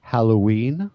Halloween